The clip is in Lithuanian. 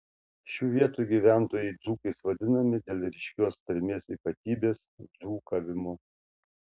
šių vietų gyventojai dzūkais vadinami dėl ryškios tarmės ypatybės dzūkavimo